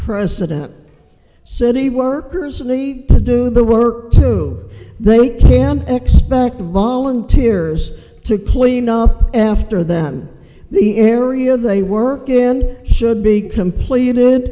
president city workers only to do the work to they we can expect volunteers to clean up after that the area they work in should be completed